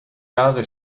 jahre